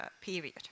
period